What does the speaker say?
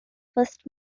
first